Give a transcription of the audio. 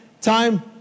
Time